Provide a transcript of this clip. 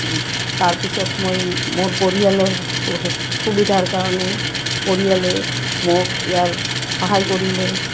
তাৰপিছত মই মোৰ পৰিয়ালৰ সুবিধাৰ কাৰণে পৰিয়ালে মোক ইয়াৰ সহায় কৰিলে